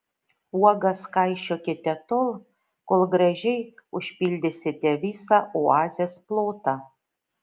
uogas kaišiokite tol kol gražiai užpildysite visą oazės plotą